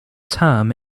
term